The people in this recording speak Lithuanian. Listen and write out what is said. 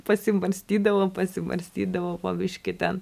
pasibarstydavau pasibarstydavau po biškį ten